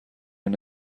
این